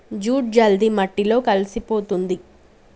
jute జల్ది మట్టిలో కలిసిపోతుంది